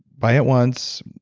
buy it once,